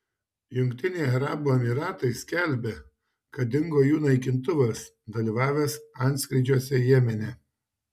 jungtiniai arabų emyratai skelbia kad dingo jų naikintuvas dalyvavęs antskrydžiuose jemene